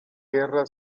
guerra